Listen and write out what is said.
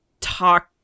talk